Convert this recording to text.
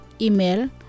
Email